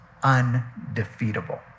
undefeatable